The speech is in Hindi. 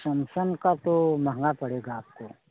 समसन का तो महँगा पड़ेगा आपको